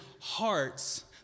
hearts